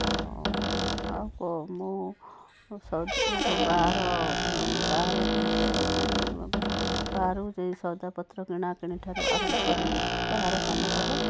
ଆଉ କ ମୁଁ ବାହାର ବାହାର ଜିନିଷ ମାନେ ବାହାରକୁ ଯାଇ ସଉଦାପତ୍ର କିଣାକିଣି ଠାରୁ ଆରମ୍ଭକରି ବାହାର କାମ କରେ